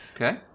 Okay